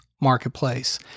marketplace